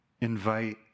invite